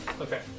Okay